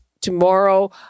tomorrow